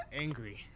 Angry